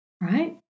right